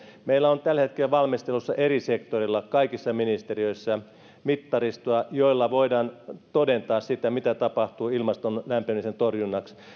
meillä on tällä hetkellä valmistelussa eri sektoreilla kaikissa ministeriöissä mittaristoa jolla voidaan todentaa sitä mitä tapahtuu ilmaston lämpenemisen torjunnaksi